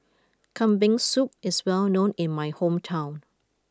Kambing Soup is well known in my hometown